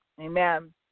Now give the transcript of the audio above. Amen